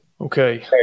Okay